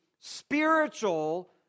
spiritual